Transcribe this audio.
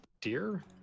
Deer